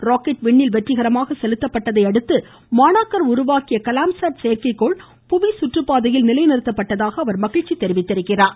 rocket விண்ணில் வெற்றிகரமாக செலுத்தப்பட்டதை அடுத்து மாணாக்கர் உருவாக்கிய கலாம் சாட் செயற்கைகோள் புவி சுற்றுப்பாதையில் நிலை நிறுத்தப்பட்டதாக அவர் மகிழ்ச்சி தெரிவித்திருக்கிறார்